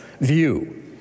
view